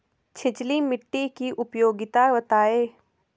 छिछली मिट्टी की उपयोगिता बतायें?